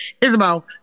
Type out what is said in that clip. Isabel